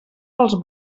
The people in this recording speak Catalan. pels